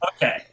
Okay